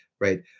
right